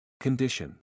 condition